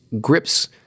grips